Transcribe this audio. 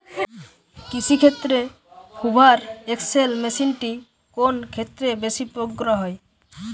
কৃষিক্ষেত্রে Hoover XL মেশিনটি কোন ক্ষেত্রে বেশি প্রয়োগ করা হয়?